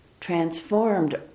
transformed